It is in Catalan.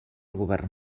govern